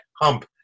hump